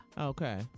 Okay